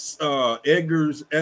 Edgar's